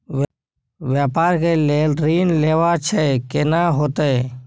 व्यापार के लेल ऋण लेबा छै केना होतै?